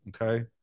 okay